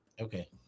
Okay